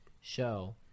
Show